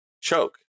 choke